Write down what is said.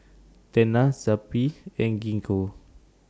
Tena Zappy and Gingko